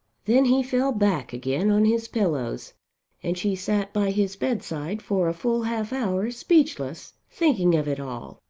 then he fell back again on his pillows and she sat by his bedside for a full half hour speechless, thinking of it all.